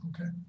Okay